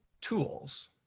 tools